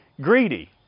greedy